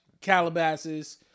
Calabasas